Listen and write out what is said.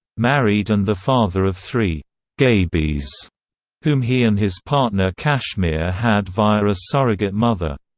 married and the father of three gaybies whom he and his partner cashmere had via a surrogate mother.